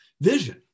vision